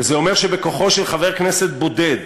וזה אומר שבכוחו של חבר כנסת בודד,